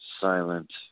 Silent